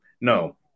No